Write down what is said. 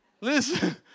Listen